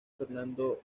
fernando